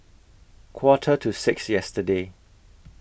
Quarter to six yesterday